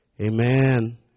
Amen